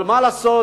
אבל מה לעשות,